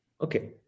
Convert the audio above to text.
okay